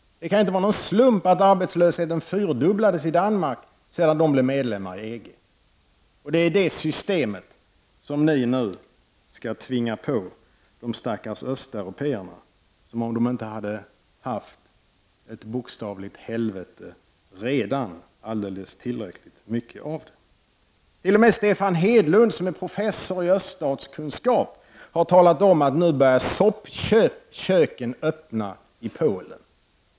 Det kan inte vara en slump att arbetslösheten fyrdubblades i Danmark efter det att landet hade gått med i EG. Det är det systemet som ni nu skall tvinga på de stackars östeuropéerna — som om de inte hade haft ett bokstavligt helvete redan. De har haft tillräckligt mycket av den varan. T.o.m. Stefan Hedlund som är professor i öststatskunskap har talat om att soppköken nu börjar öppna i Polen.